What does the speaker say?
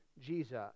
Jesus